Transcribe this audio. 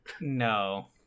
No